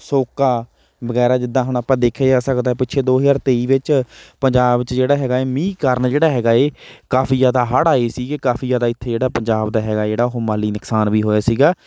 ਸੋਕਾ ਵਗੈਰਾ ਜਿੱਦਾਂ ਹੁਣ ਆਪਾਂ ਦੇਖਿਆ ਜਾ ਸਕਦਾ ਪਿੱਛੇ ਦੋ ਹਜ਼ਾਰ ਤੇਈ ਵਿੱਚ ਪੰਜਾਬ ਵਿੱਚ ਜਿਹੜਾ ਹੈਗਾ ਹੈ ਮੀਂਹ ਕਾਰਨ ਜਿਹੜਾ ਹੈਗਾ ਹੈ ਕਾਫ਼ੀ ਜ਼ਿਆਦਾ ਹੜ੍ਹ ਆਏ ਸੀਗੇ ਕਾਫ਼ੀ ਜ਼ਿਆਦਾ ਇੱਥੇ ਜਿਹੜਾ ਪੰਜਾਬ ਦਾ ਹੈਗਾ ਜਿਹੜਾ ਉਹ ਮਾਲੀ ਨੁਕਸਾਨ ਵੀ ਹੋਇਆ ਸੀਗਾ